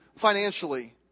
financially